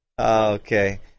Okay